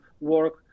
work